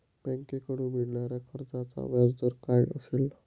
बँकेकडून मिळणाऱ्या कर्जाचा व्याजदर काय असेल?